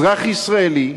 אזרח ישראלי,